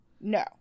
No